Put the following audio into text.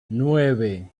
nueve